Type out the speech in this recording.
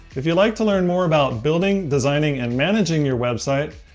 if you'd like to learn more about building, designing and managing your website,